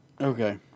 Okay